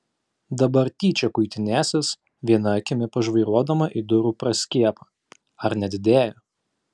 dabar tyčia kuitinėsis viena akimi pažvairuodama į durų praskiepą ar nedidėja